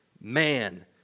man